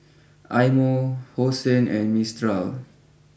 Eye Mo Hosen and Mistral